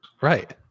Right